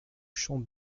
champ